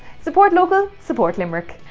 support local, support limerick.